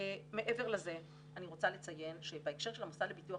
מעבר לזה אני רוצה לציין שבהקשר של המוסד לביטוח